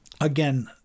again